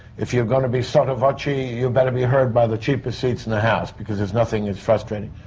if you're gonna be soto voce, you you better be heard by the cheapest seats in the house, because there's nothing as frustrating.